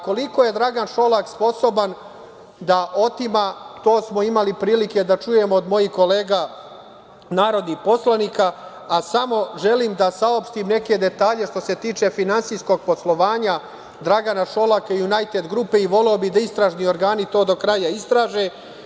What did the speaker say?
Koliko je Dragan Šolak sposoban da otima, to smo imali prilike da čujemo od mojih kolega narodnih poslanika, a samo želim da saopštim neke detalje što se tiče finansijskog poslovanja Dragana Šolaka i „Junajted grupe“ i voleo bih da istražni organi to do kraja istraže.